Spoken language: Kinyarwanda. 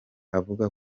avuga